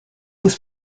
was